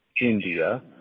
India